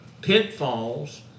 pitfalls